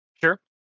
Sure